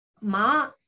ma